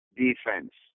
defense